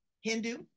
Hindu